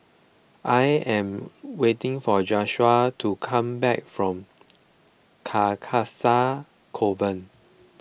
I am waiting for Josiah to come back from Carcasa Convent